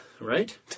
Right